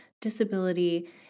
disability